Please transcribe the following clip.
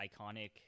iconic